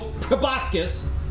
Proboscis